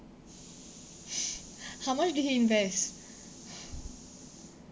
how much did he invest